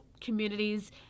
communities